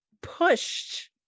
pushed